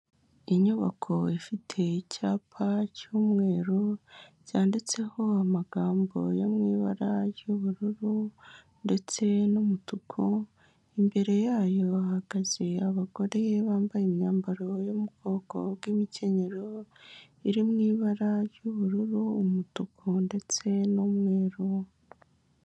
Inyubako ifite icyapa cy'umweru cyanditseho amagambo yo mu ibara ry'ubururu ndetse n'umutuku, imbere yayo hahagaze abagore bambaye imyambaro yo mu bwoko bw'imikenyero, iri mu ibara ry'ubururu, umutuku ndetse n'umweru.